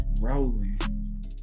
Rolling